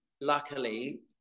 luckily